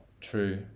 true